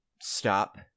stop